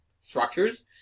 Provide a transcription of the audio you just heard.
structures